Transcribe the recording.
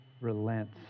relents